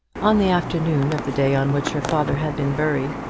on the afternoon of the day on which her father had been buried,